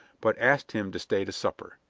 but asked him to stay to supper.